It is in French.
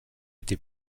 été